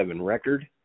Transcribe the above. record